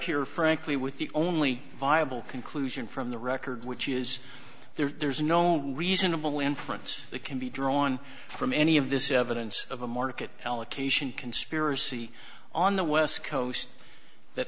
here frankly with the only viable conclusion from the record which is there's no reasonable inference that can be drawn from any of this evidence of a market allocation conspiracy on the west coast that